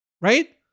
right